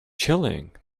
chilling